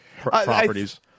properties